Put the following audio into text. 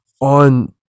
on